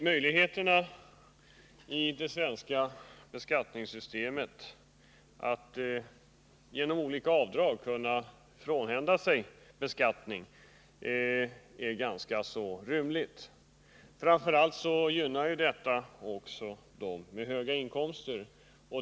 Herr talman! Utrymmet i det svenska skattesystemet för att genom olika avdrag frånhända sig beskattning är ganska stort. Framför allt gynnar detta dem med höga inkomster.